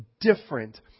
different